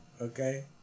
okay